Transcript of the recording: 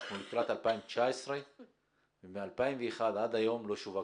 אנחנו לקראת 2019. מ-2001 ועד היום לא שווק